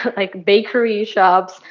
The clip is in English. but like, bakery shops,